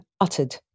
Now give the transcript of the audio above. uttered